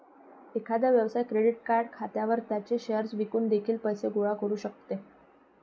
एखादा व्यवसाय क्रेडिट खात्यावर त्याचे शेअर्स विकून देखील पैसे गोळा करू शकतो